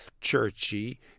churchy